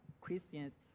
Christians